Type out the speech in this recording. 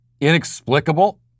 inexplicable